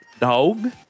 Dog